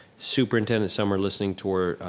superintendent summer listening tour.